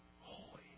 Holy